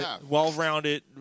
Well-rounded